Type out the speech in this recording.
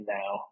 now